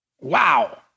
Wow